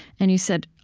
and you said,